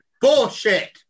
Bullshit